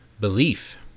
Belief